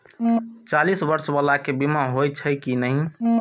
चालीस बर्ष बाला के बीमा होई छै कि नहिं?